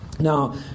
Now